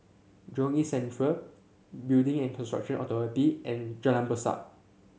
Jurong East Central Building and Construction Authority and Jalan Besar